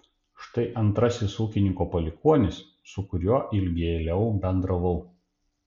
štai antrasis ūkininko palikuonis su kuriuo ilgėliau bendravau